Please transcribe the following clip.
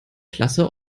klasse